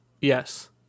Yes